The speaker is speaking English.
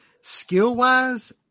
skill-wise